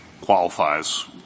qualifies